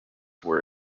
were